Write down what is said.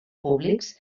públics